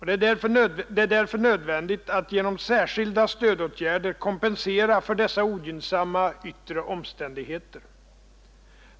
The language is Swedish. Det är därför nödvändigt att genom särskilda stödåtgärder kompensera för dessa ogynnsamma yttre omständigheter.